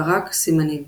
תר"כ סימנים